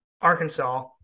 Arkansas